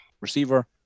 Receiver